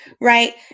Right